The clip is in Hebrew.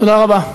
תודה רבה.